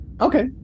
okay